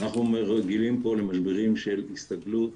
אנחנו רגילים פה למשברים של הסתגלות,